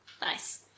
Nice